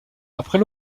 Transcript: après